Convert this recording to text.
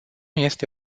este